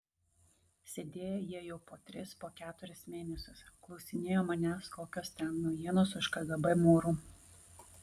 sėdėjo jie jau po tris po keturis mėnesius klausinėjo manęs kokios ten naujienos už kgb mūrų